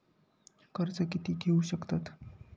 कर्ज कीती घेऊ शकतत?